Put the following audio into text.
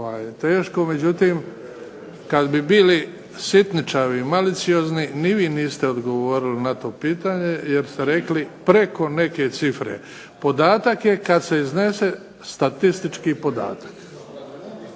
teško, međutim kad bi bili sitničavi i maliciozni ni vi niste odgovorili na to pitanje jer ste rekli preko neke cifre. Podatak je kad se iznese statistički podatak.